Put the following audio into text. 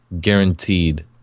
guaranteed